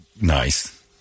nice